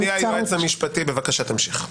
אדוני היועץ המשפטי, בבקשה תמשיך.